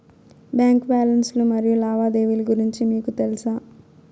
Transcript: Bank balance లు మరియు లావాదేవీలు గురించి మీకు తెల్సా?